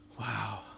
Wow